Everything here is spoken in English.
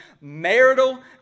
marital